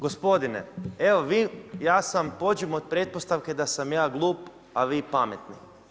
Gospodine, ja sam pođimo od pretpostavke da sam ja glup, a vi pametni.